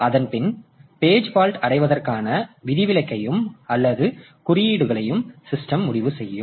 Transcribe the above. அதன் பின் page fault அடைவதற்கான விதிவிலக்குகளையும் அல்லது குறியீடுகளையும் சிஸ்டம் முடிவு செய்யும்